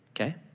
Okay